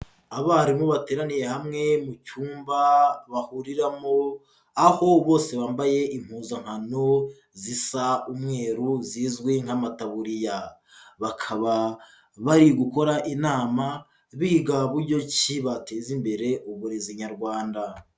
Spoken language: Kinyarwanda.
Abarimu bateraniye hamwe mu cyumba bahuriramo, aho bose bambaye impuzankano, zisa umweru zizwi nk'amataburiya. Bakaba bari gukora inama, biga ku buryo ki bateza imbere Uburezi Nyarwanda.